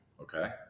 okay